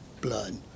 blood